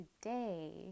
today